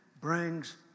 brings